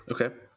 Okay